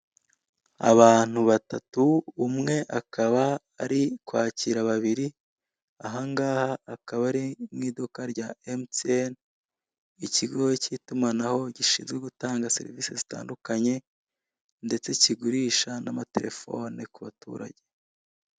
Abantu batatu, umwe akaba ari kwakira babiri, ahangaha akaba ari mu iduka rya emutiyeni, ikigo cy'itumanaho gishinzwe gutanga serivise zitandukanye, ndetse kigurisha n'amatelefone ku baturage.